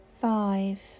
five